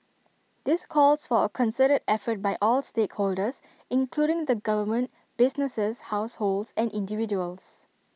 this calls for A concerted effort by all stakeholders including the government businesses households and individuals